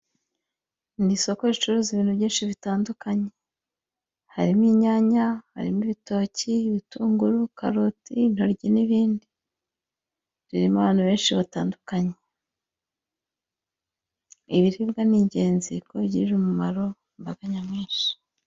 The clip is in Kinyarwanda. Isoko ricuruza ibintu byinshi bitandukanye. Harimo inyanya, harimo ibitoki, ibitunguru, karoti, intoryi n'ibindi. Ririmo abantu benshi batandukanye. Ibiribwa ni ingenzi kuko bigirira umumaro imbaga nyamwinshi.